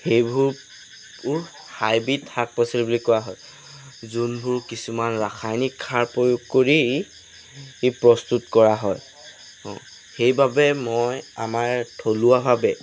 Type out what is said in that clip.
সেইবোৰ বোৰ হাইব্ৰীড শাক পাচলি বুলি কোৱা হয় যোনবোৰ কিছুমান ৰাসায়নিক সাৰ প্ৰয়োগ কৰি ই প্ৰস্তুত কৰা হয় সেইবাবে মই আমাৰ থলুৱাভাৱে